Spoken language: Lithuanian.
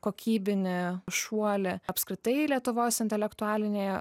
kokybinį šuolį apskritai lietuvos intelektualinėje